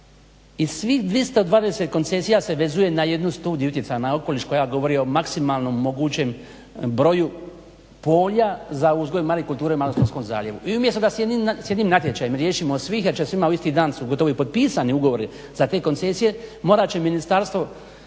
I svih 220 koncesija se vezuje na jednu studiju utjecaja na okoliš koja govori o maksimalnom mogućem broju polja za uzgoj marikulture u Malostonskom zaljevu. I umjesto da s jednim natječajem riješimo svih, jer će svima gotovo potpisan, u isti dan su gotovo i potpisani ugovori za te koncesije morat će ministarstvo